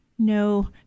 No